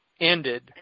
ended